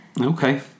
Okay